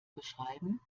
beschreiben